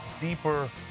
deeper